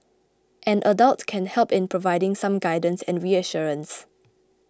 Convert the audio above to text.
an adult can help in providing some guidance and reassurance